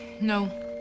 No